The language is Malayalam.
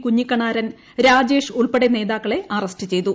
കുഞ്ഞിക്കണാരൻ രാജേഷ് ഉൾപ്പടെ നേതാക്കളെ അറസ്റ്റു ചെയ്തു